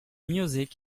music